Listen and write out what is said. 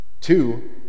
Two